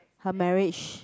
her marriage